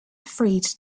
afraid